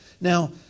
Now